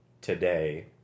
today